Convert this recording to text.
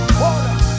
water